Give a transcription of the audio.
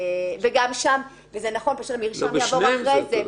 וגם שם, וזה נכון, פשוט המרשם יעבור אחרי זה.